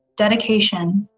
dedication,